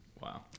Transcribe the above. Wow